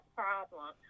problem